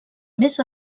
més